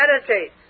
meditate